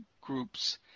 groups